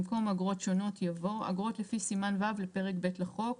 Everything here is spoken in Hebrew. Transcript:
במקום "אגרות שונות" יבוא "אגרות לפי סימן ו' לפרק ב' לחוק,